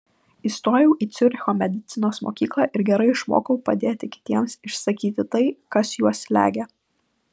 įstojau į ciuricho medicinos mokyklą ir gerai išmokau padėti kitiems išsakyti tai kas juos slegia